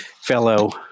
fellow